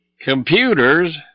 Computers